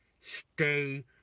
stay